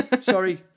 sorry